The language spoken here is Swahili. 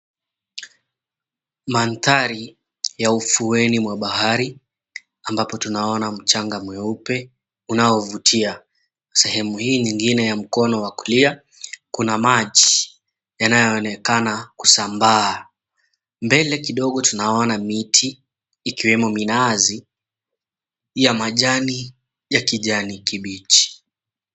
Mandhari ya ufuoni wa bahari ambapo tunaona mchanga mweupe unaovutia sehemu hii nyingine kwenye mkono wa kulia kuna maji yanayoonekana kusambaa mbele kidogo tunaona miti ikiwemo minazi ya majani ya kijani kibichi.